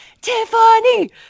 Tiffany